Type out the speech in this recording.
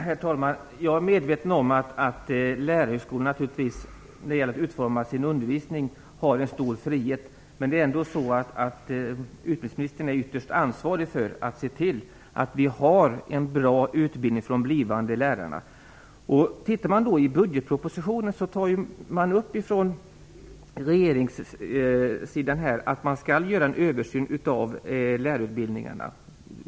Herr talman! Jag är medveten om att lärarhögskolorna har en stor frihet att utforma sin undervisning. Men utbildningsministern är ändå ytterst ansvarig för att se till att vi har en bra utbildning för de blivande lärarna. I budgetpropositionen tar regeringen upp att det skall göras en översyn av lärarutbildningarna.